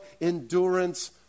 endurance